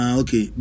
okay